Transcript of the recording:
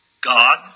God